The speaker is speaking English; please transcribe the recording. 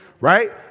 right